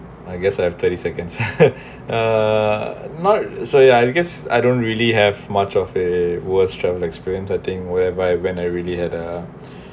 I guess I have thirty seconds uh not so ya because I don't really have much of a worst travel experience or thing whereby when I really had a